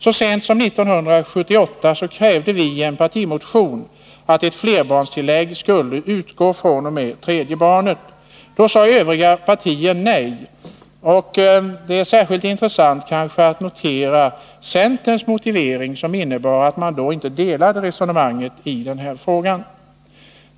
Så sent som 1978 krävde vi i en partimotion att ett flerbarnstillägg skulle utgå fr.o.m. tredje barnet. Då sade övriga partier nej. Det är kanske särskilt intressant att notera centerns motivering, som innebar att man inte delade vårt resonemang i den här frågan.